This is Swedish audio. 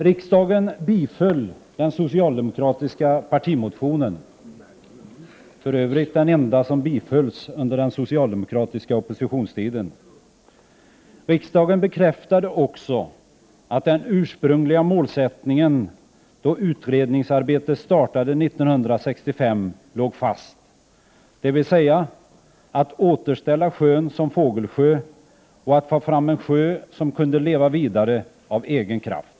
Riksdagen biföll den socialdemokratiska partimotionen. För övrigt var denna den enda som bifölls under den socialdemokratiska oppositionstiden. Riksdagen bekräftade också att den ursprungliga målsättningen då utredningsarbetet startade 1965 låg fast, dvs. återställande av sjön som fågelsjö och skapandet av en sjö som skulle kunna leva vidare av egen kraft.